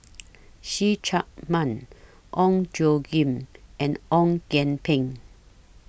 See Chak Mun Ong Tjoe Kim and Ong Kian Peng